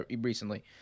recently